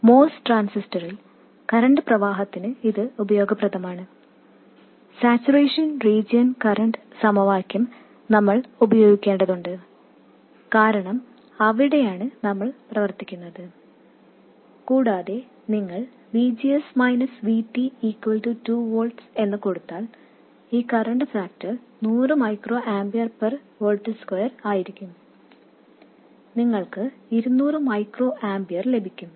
MOS ട്രാൻസിസ്റ്ററിൽ current പ്രവാഹത്തിന് ഇത് ഉപയോഗപ്രദമാണ് സാച്ചുറേഷൻ റീജിയൻ കറൻറ് സമവാക്യം നമ്മൾ ഉപയോഗിക്കേണ്ടതുണ്ട് കാരണം അവിടെയാണ് നമ്മൾ പ്രവർത്തിക്കുന്നത് കൂടാതെ നിങ്ങൾ VGS മൈനസ് VT സമം 2 volts എന്നു കൊടുത്താൽ ഈ current factor 100 micro ampere per volt square ആയിരിക്കും നിങ്ങൾക്ക് 200 മൈക്രോആമ്പിയർ ലഭിക്കും